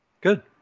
Good